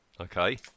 Okay